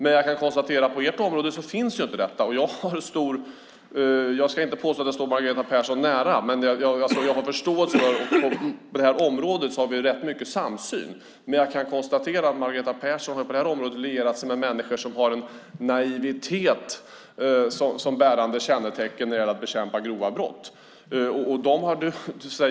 Jag kan konstatera att detta inte finns hos oppositionen. Jag ska inte påstå att jag står Margareta Persson nära men jag har förståelse för och vet att vi på detta område har rätt mycket samsyn. Margareta Persson har dock här lierat sig med personer som har naivitet som bärande kännetecken när det gäller att bekämpa grova brott.